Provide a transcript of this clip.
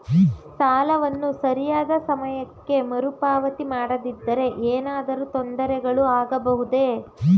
ಸಾಲವನ್ನು ಸರಿಯಾದ ಸಮಯಕ್ಕೆ ಮರುಪಾವತಿ ಮಾಡದಿದ್ದರೆ ಏನಾದರೂ ತೊಂದರೆಗಳು ಆಗಬಹುದೇ?